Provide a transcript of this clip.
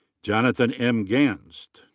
jonathon m. gast.